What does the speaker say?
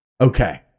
Okay